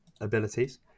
abilities